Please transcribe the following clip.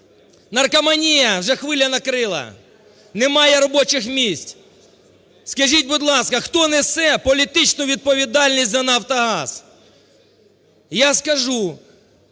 наркоманії, вже хвиля накрила, немає робочих місць. Скажіть, будь ласка, хто несе політичну відповідальність за "Нафтогаз"? Я скажу,